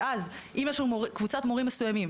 אם יש לנו קבוצת מורים מסוימים,